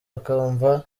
akumva